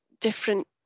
different